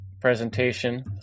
presentation